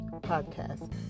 Podcast